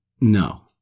No